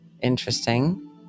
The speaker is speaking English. Interesting